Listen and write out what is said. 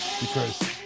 because-